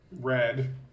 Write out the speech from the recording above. Red